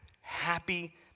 happy